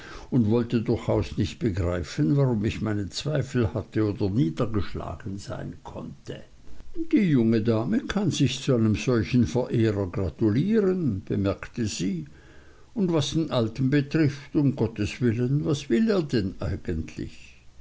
und wollte durchaus nicht begreifen warum ich meine zweifel hatte oder niedergeschlagen sein konnte die junge dame kann sich zu einem solchen verehrer gratulieren bemerkte sie und was den alten betrifft um gotteswillen was will er denn eigentlich